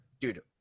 dude